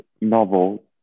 novel